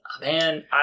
Man